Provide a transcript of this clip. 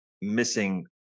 missing